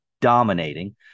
dominating